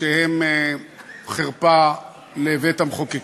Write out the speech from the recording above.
שהם חרפה לבית-המחוקקים.